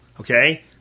Okay